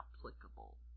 applicable